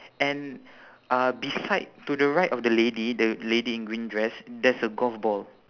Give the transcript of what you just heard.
and uh beside to the right of the lady the lady in green dress there's a golf ball